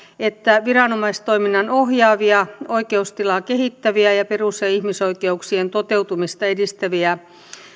että viranomaistoiminnan ohjaavia oikeustilaa kehittäviä ja perus ja ihmisoikeuksien toteutumista edistäviä